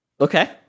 Okay